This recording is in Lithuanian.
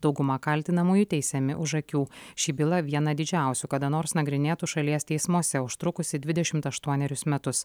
dauguma kaltinamųjų teisiami už akių ši byla viena didžiausių kada nors nagrinėtų šalies teismuose užtrukusi dvidešimt aštuonerius metus